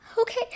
okay